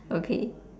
okay